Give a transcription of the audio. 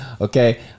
okay